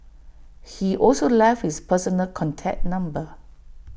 he also left his personal contact number